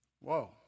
Whoa